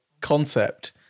concept